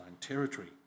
territory